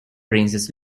princess